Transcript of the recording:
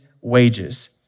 wages